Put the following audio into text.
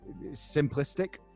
simplistic